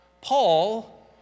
Paul